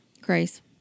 Grace